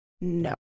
no